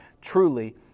truly